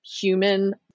human